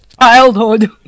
Childhood